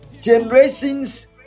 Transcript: Generations